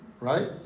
right